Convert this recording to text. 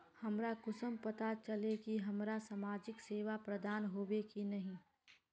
हमरा कुंसम पता चला इ की हमरा समाजिक सेवा प्रदान होबे की नहीं?